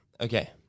Okay